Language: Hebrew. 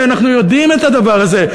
הרי אנחנו יודעים את הדבר הזה,